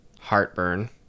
heartburn